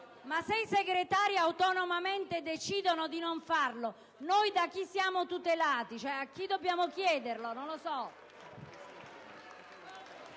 Ma se i Segretari autonomamente decidono di non farlo, noi da chi siamo tutelati? A chi dobbiamo chiederlo? *(Applausi